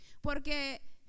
porque